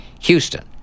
Houston